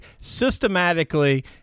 systematically